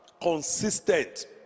Consistent